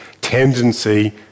tendency